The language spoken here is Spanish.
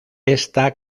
ésta